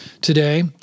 today